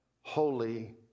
holy